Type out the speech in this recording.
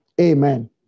Amen